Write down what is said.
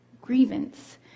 grievance